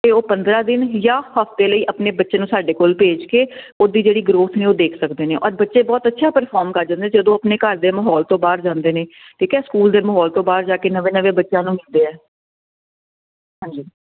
ਤੇ ਉਹ ਪੰਦਰਾਂ ਦਿਨ ਜਾਂ ਹਫਤੇ ਲਈ ਆਪਣੇ ਬੱਚੇ ਨੂੰ ਸਾਡੇ ਕੋਲ ਭੇਜ ਕੇ ਉਹਦੀ ਜਿਹੜੀ ਗਰੋਥ ਨੇ ਉਹ ਦੇਖ ਸਕਦੇ ਨੇ ਔਰ ਬੱਚੇ ਬਹੁਤ ਅੱਛਾ ਪਰਫੋਮ ਕਰ ਜਾਂਦੇ ਨੇ ਜਦੋਂ ਆਪਣੇ ਘਰ ਦੇ ਮਾਹੌਲ ਤੋਂ ਬਾਹਰ ਜਾਂਦੇ ਨੇ ਠੀਕ ਆ ਸਕੂਲ ਦੇ ਮਾਹੌਲ ਤੋਂ ਬਾਹਰ ਜਾ ਕੇ ਨਵੇਂ ਨਵੇਂ ਬੱਚਿਆਂ ਨੂੰ ਮਿਲਦੇ ਆ ਹਾਂਜੀ